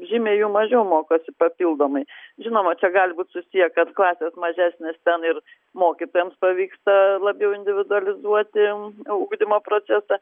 žymiai jų mažiau mokosi papildomai žinoma čia gali būt susiję kad klasės mažesnės ten ir mokytojams pavyksta labiau individualizuoti ugdymo procesą